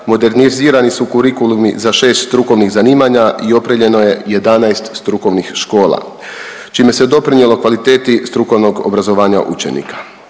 modernizirani su kurikulumi za 6 strukovnih zanimanja i opremljeno je 11 strukovnih škola čime se doprinijelo kvaliteti strukovnog obrazovanja učenika.